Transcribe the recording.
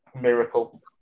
miracle